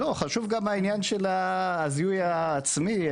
חשוב גם העניין של הזיהוי העצמי,